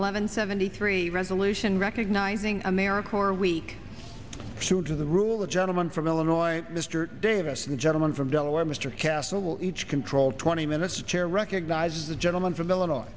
eleven seventy three resolution recognizing america or week two to the rule the gentleman from illinois mr davis the gentleman from delaware mr castle each control twenty minutes the chair recognizes the gentleman from illinois